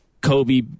Kobe